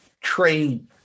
trade